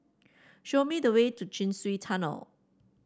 show me the way to Chin Swee Tunnel